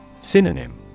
Synonym